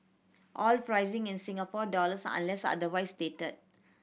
all pricing in Singapore dollars unless otherwise stated